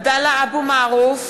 (קוראת בשמות חברי הכנסת) עבדאללה אבו מערוף,